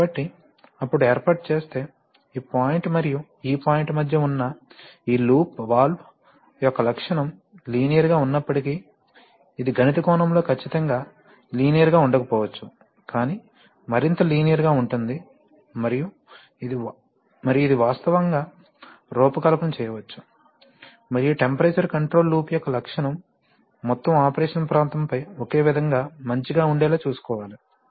కాబట్టి అప్పుడు ఏర్పాటు చేస్తే ఈ పాయింట్ మరియు ఈ పాయింట్ మధ్య ఉన్న ఈ లూప్ వాల్వ్ యొక్క లక్షణం లీనియర్ గా ఉన్నప్పటికీ ఇది గణిత కోణంలో ఖచ్చితంగా లీనియర్ గా ఉండకపోవచ్చు కాని మరింత లీనియర్ గా ఉంటుంది మరియు ఇది వాస్తవంగా రూపకల్పన చేయవచ్చు మరియు టెంపరేచర్ కంట్రోల్ లూప్ యొక్క లక్షణం మొత్తం ఆపరేషన్ ప్రాంతంపై ఒకే విధంగా మంచిగా ఉండేలా చూసుకోవాలి